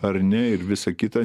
ar ne ir visą kitą